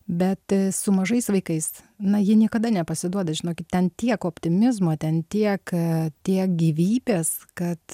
bet su mažais vaikais na jie niekada nepasiduoda žinokit ten tiek optimizmo ten tiek tiek gyvybės kad